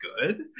good